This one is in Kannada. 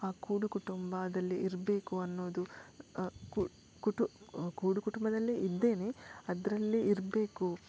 ಆ ಕೂಡು ಕುಟುಂಬದಲ್ಲಿ ಇರಬೇಕು ಅನ್ನೋದು ಕುಟು ಕೂಡು ಕುಟುಂಬದಲ್ಲೇ ಇದ್ದೇನೆ ಅದರಲ್ಲೇ ಇರಬೇಕು